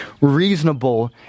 reasonable